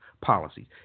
policies